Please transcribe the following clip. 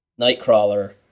nightcrawler